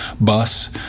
bus